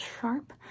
sharp